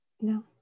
No